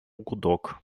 гудок